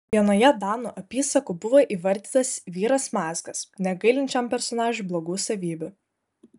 vienoje danų apysakų buvo įvardytas vyras mazgas negailint šiam personažui blogų savybių